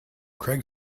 craig